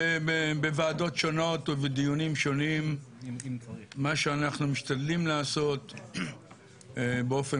בוועדות שונות ובדיונים שונים מה שאנחנו משתדלים לעשות באופן